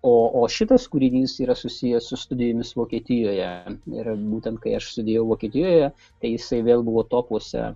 o o šitas kūrinys yra susijęs su studijomis vokietijoje ir būtent kai aš studijavau vokietijoje tai jisai vėl buvo topuose